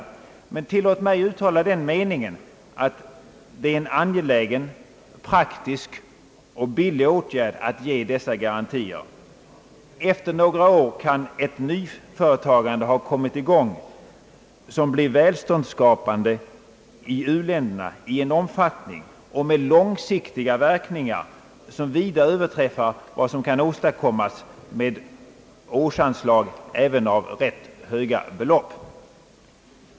Tillåt mig emellertid uttala den meningen att det är en angelägen, praktisk och billig åtgärd att ge dessa garantier. Efter några år kan ett nyföretagande ha kommit i gång som blir välståndsskapande i u-länderna i en omfattning och med långsiktiga verkningar som vida överträffar vad som kan åstadkommas med årsanslag även av rätt höga belopp.